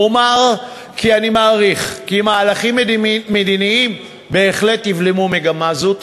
אומר כי אני מעריך כי מהלכים מדיניים בהחלט יבלמו מגמה זו.